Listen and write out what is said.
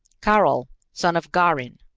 karol son of garin.